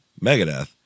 Megadeth